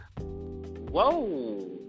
Whoa